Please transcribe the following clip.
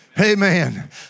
Amen